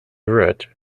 root